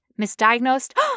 Misdiagnosed